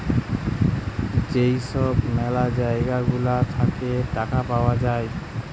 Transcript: যেই সব ম্যালা জায়গা গুলা থাকে টাকা পাওয়া যায়